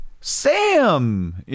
Sam